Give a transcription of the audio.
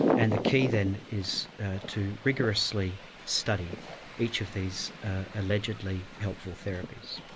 and the key then is to rigorously study each of these allegedly helpful therapies.